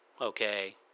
Okay